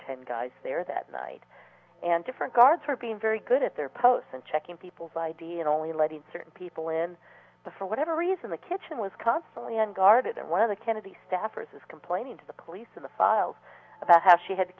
ten guys there that night and different guards were being very good at their posts and checking people's idea and only letting certain people in the for whatever reason the kitchen was constantly unguarded there one of the kennedy staffers was complaining to the cleese of the file about how she had to